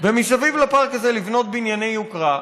ומסביב לפארק הזה לבנות בנייני יוקרה.